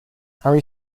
harry